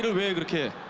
don't care